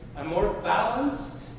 a more balanced,